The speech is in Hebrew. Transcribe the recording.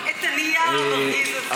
יש רק את הנייר המרגיז הזה.